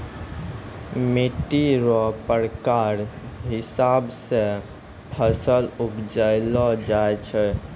मिट्टी रो प्रकार हिसाब से फसल उपजैलो जाय छै